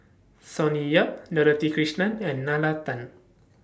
Sonny Yap Dorothy Krishnan and Nalla Tan